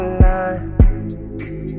line